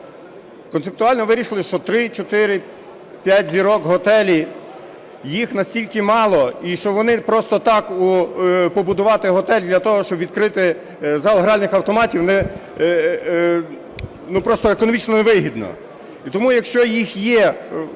концептуально вирішили, що три, чотири, п'ять зірок готелі, їх настільки мало, і що просто так побудувати готель для того, щоб відкрити зал гральних автоматів просто економічно невигідно. І тому, якщо їх є